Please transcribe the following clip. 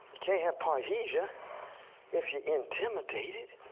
can't have paresthesia if you're intimidated.